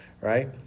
right